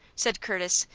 said curtis,